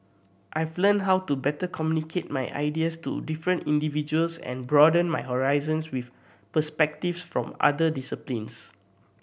I've learnt how to better communicate my ideas to different individuals and broaden my horizons with perspectives from other disciplines